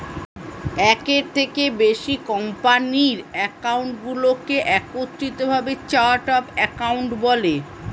একের থেকে বেশি কোম্পানির অ্যাকাউন্টগুলোকে একত্রিত ভাবে চার্ট অফ অ্যাকাউন্ট বলে